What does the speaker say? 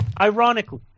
ironically